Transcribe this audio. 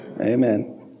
Amen